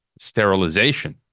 sterilization